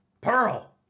Pearl